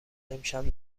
امشب